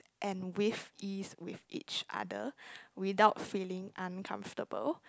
and with ease with each other without feeling uncomfortable